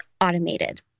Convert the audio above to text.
automated